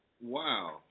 Wow